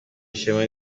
ishema